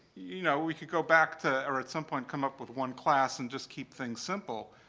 you know, we could go back to or at some point, come up with one class and just keep things simple.